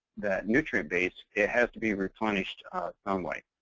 nutrient base, it has to be replenished some way.